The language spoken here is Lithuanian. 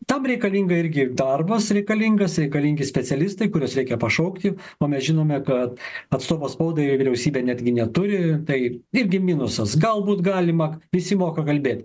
tam reikalinga irgi darbas reikalingas reikalingi specialistai kuriuos reikia pašaukti o mes žinome kad atstovo spaudai vyriausybė netgi neturi tai irgi minusas galbūt galima visi moka kalbėt